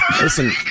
Listen